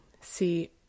See